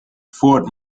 fort